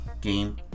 game